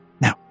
Now